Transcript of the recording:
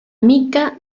mica